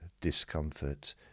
discomfort